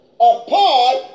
apart